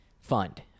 fund